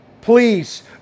Please